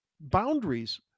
boundaries